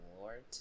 lord